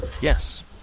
Yes